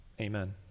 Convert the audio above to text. amen